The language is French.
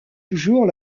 toujours